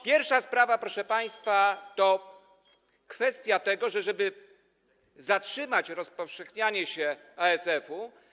Pierwsza sprawa, proszę państwa, to kwestia tego, że żeby zatrzymać rozpowszechnianie się ASF-u.